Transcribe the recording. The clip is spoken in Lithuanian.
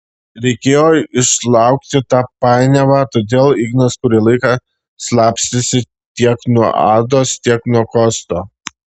reikėjo išlaukti tą painiavą todėl ignas kurį laiką slapstėsi tiek nuo ados tiek nuo kosto